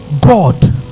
God